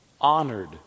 Honored